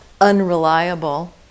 unreliable